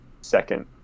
second